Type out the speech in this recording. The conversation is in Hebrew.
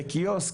בקיוסק,